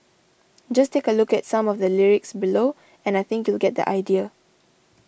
just take a look at some of the lyrics below and I think you'll get the idea